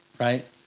right